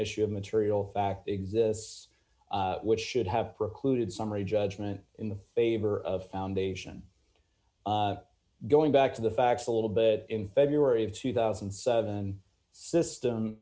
issue of material fact exists d which should have precluded summary judgment in the favor of foundation going back to the facts a little bit in february of two thousand and seven system